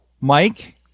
Mike